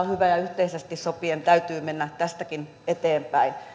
hyvä ja yhteisesti sopien täytyy mennä tästäkin eteenpäin